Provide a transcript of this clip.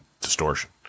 distortion